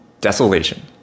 desolation